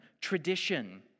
tradition